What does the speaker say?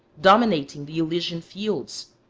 dominating the elysian fields,